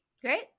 great